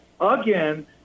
again